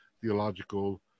Theological